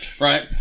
right